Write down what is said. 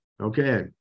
Okay